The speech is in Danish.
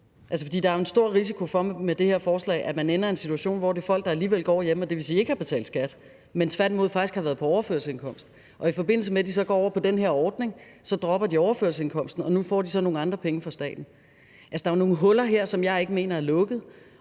med det her forslag, at man ender i en situation, hvor det er til folk, der alligevel går hjemme – og det vil sige ikke har betalt skat, men tværtimod faktisk har været på overførselsindkomst. Og i forbindelse med at de så går over på den her ordning, dropper de overførselsindkomsten, og så får de så nogle andre penge fra staten. Altså, der er jo nogle huller her, som jeg ikke mener er lukket,